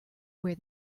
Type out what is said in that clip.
where